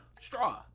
Straw